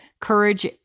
Courage